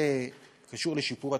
זה קשור לשיפור התשתיות.